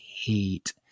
hate